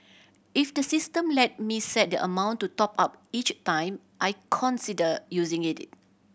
if the system let me set the amount to top up each time I consider using it it